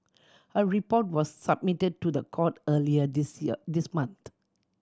her report was submitted to the court earlier this year this month